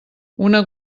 una